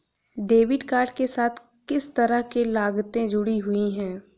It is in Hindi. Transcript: डेबिट कार्ड के साथ किस तरह की लागतें जुड़ी हुई हैं?